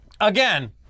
again